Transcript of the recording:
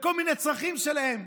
לכל מיני צרכים שלהם,